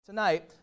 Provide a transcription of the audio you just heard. Tonight